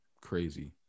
Crazy